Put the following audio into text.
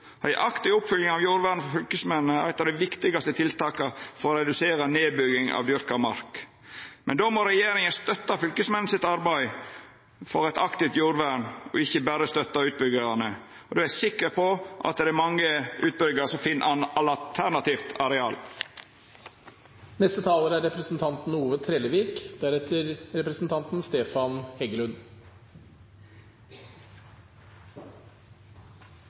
Ei aktiv oppfølging av jordvernet frå fylkesmennene er eit av dei viktigaste tiltaka for å redusera nedbygginga av dyrka mark. Men då må regjeringa støtta fylkesmennene i arbeidet for eit aktivt jordvern, og ikkje berre støtta utbyggjarane. Då er eg sikker på at det er mange utbyggjarar som finn